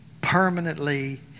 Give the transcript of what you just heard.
permanently